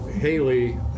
Haley